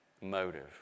motive